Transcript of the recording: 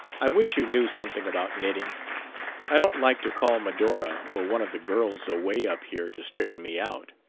i wish you knew something about knitting i don't like to call medora or one of the girls away up here to straighten me out.